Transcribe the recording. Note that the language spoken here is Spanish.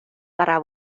para